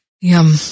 Yum